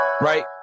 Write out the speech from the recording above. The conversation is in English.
Right